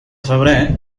febrer